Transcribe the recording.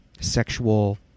Sexual